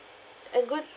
a good